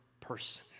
person